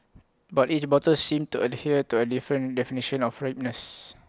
but each bottle seemed to adhere to A different definition of ripeness